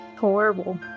Horrible